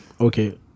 okay